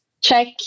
check